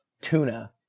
tuna